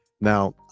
Now